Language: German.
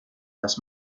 dass